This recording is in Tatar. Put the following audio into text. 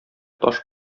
таш